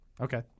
Okay